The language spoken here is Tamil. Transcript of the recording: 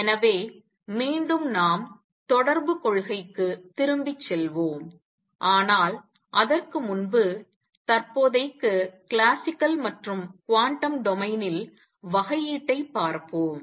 எனவே மீண்டும் நாம் தொடர்புக் கொள்கைக்கு திரும்பிச் செல்வோம் ஆனால் அதற்கு முன்பு தற்போதைக்கு கிளாசிக்கல் மற்றும் குவாண்டம் டொமைனில் வகையீட்டை பார்ப்போம்